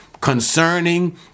concerning